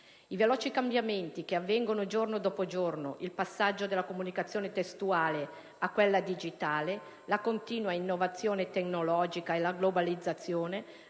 I veloci cambiamenti che avvengono giorno dopo giorno, il passaggio dalla comunicazione testuale a quella digitale, la continua innovazione tecnologica e la globalizzazione